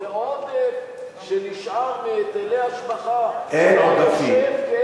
זה עודף שנשאר מהיטלי השבחה, אין עודפים.